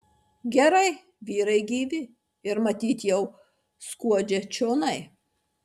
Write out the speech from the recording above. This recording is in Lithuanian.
gerai vyrai gyvi ir matyt jau skuodžia čionai